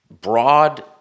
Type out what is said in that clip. broad